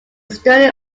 study